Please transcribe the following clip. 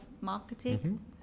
marketing